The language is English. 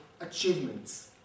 achievements